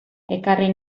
ekarri